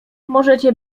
możecie